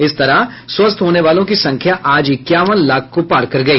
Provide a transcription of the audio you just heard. इस तरह स्वस्थ होने वालों की संख्या आज इक्यावन लाख को पार कर गई